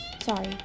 sorry